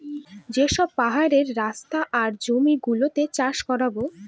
যে সব পাহাড়ের রাস্তা আর জমি গুলোতে চাষ করাবো